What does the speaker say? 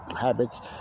habits